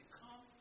come